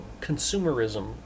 consumerism